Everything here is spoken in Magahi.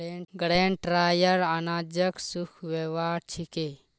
ग्रेन ड्रायर अनाजक सुखव्वार छिके